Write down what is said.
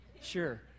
sure